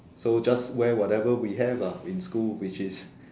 so just wear whatever we have ah in school which is